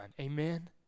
Amen